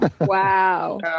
Wow